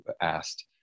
asked